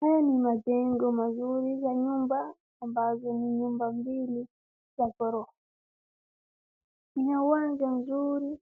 Haya ni majengo mazuri za nyumba ambazo ni nyumba mbili za ghorofa. Ina uwanja mzuri